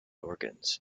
organs